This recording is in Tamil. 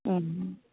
ம்